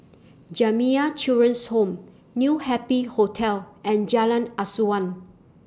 Jamiyah Children's Home New Happy Hotel and Jalan Asuhan